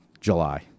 July